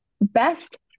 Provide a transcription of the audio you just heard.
best